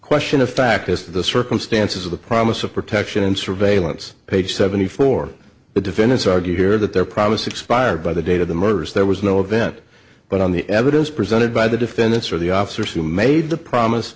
question a fact is the circumstances of the promise of protection and surveillance page seventy four the defendants argue here that their promise expired by the date of the murders there was no event but on the evidence presented by the defendants or the officers who made the promise